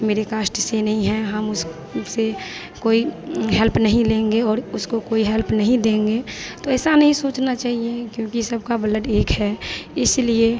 मेरे कास्ट से नहीं है हम उस उससे कोई हेल्प नहीं लेंगे और उसको कोई हेल्प नहीं देंगे तो ऐसा नहीं सोचना चाहिए क्योंकि सबका ब्लड एक है इसलिए